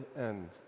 end